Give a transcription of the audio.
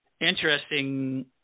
interesting